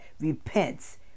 repents